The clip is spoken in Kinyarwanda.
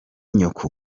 nyoko